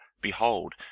behold